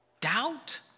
Doubt